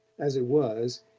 as it was,